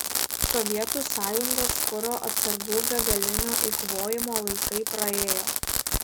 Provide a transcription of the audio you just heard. sovietų sąjungos kuro atsargų begalinio eikvojimo laikai praėjo